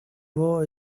war